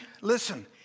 listen